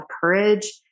courage